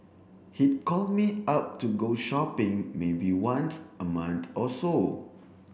he'd call me up to go shopping maybe once a month or so